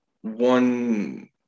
one